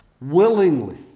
Willingly